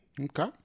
okay